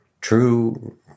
true